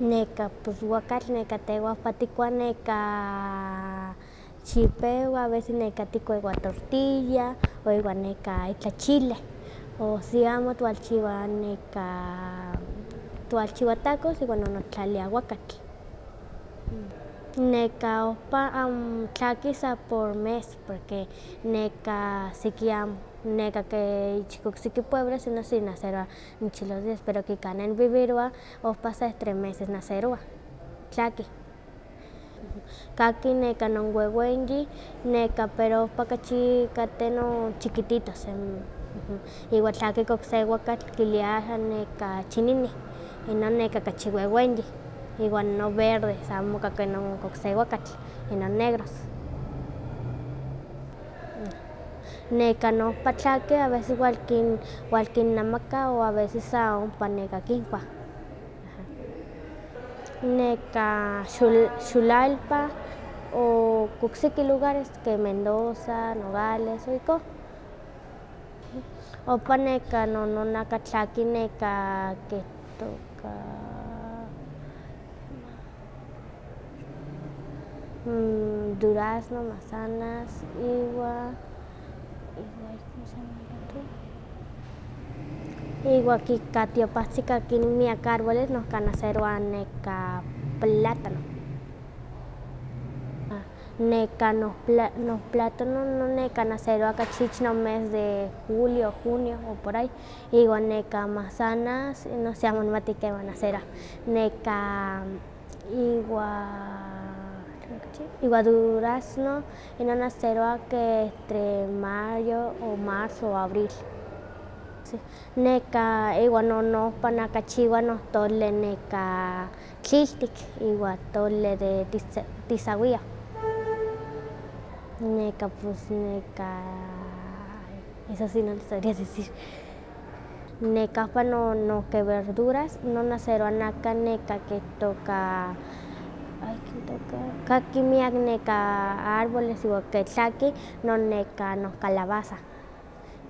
Neka pos awakatl tehwa ompa tikua nekah txipewah o a veces tikua ipa tortilla o iwa neka itlah chile, o si amo tiwalchiwa nekah twalchiwa tacos iwa nono tihtlaliliah awakatl. Nekah ohpa tlaki sa por mes porque nekah seki amo nekahke okisi pueblo ino sí nacerowa nochi los días pero ken kan neh nivivirowa ompa seh tres meses nacerowah, tlakih. Kahki non wewenyi pero ompa kachi kateh no chiquititos, iwa tlaki okse awakatl kiliah nekah chininih, inon neka kachi wewenyih iwa no verdes, nokahki inon okse awakatl, inon negros. Nekan ohpa tlaki wal ki walkinemaka o a veces san ompa kinkuah. Nekah xulalpa o okseki lugares que mendoza, nogales o ihko, ompa nekan no aka tlaki nekahki itoka durazno, manzanas iwa iwa iwa ka tiopahtzi no kahki miak arboles ohka nacerowa neka plátano. A- nekah nohplátano okachi nacerowa ipa mes de junio, julio o por ahi, iwa neka manzanas inon sí amo nihmati keman nacerowah, nekah iwa, iwa durazno inon nacerowa keh tre mayo o marzo o abril, sí. Nekah iwa no ohpa na kachiwah noh tole neka tliltik iwa tole de tizawiah, neka pus neka eso sí no lo se decir. Neka ohpa ne verduras no nacerowa neka neka kahki miak neka arboles iwa no keh tlaki no nekah non calabaza,